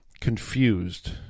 confused